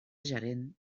gerent